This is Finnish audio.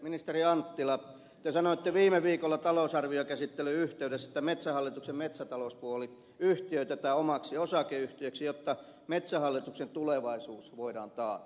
ministeri anttila te sanoitte viime viikolla talousarviokäsittelyn yhteydessä että metsähallituksen metsätalouspuoli yhtiöitetään omaksi osakeyhtiöksi jotta metsähallituksen tulevaisuus voidaan taata